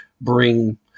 bring